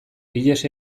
ihes